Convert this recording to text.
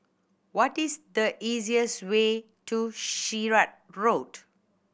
what is the easiest way to Sirat Road